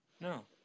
No